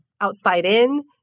outside-in